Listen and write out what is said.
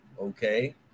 okay